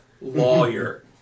lawyer